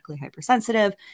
hypersensitive